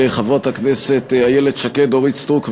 חברות הכנסת איילת שקד ואורית סטרוק ואני,